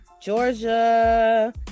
Georgia